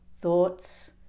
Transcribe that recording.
thoughts